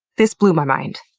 this blew my mind.